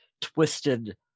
twisted